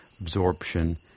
absorption